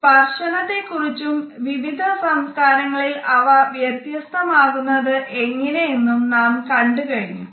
സ്പർശനത്തേ കുറിച്ചും വിവിധ സംസ്കാരങ്ങളിൽ അവ വ്യത്യസ്തമാകുന്നത് എങ്ങനെ എന്നും നാം കണ്ടു കഴിഞ്ഞു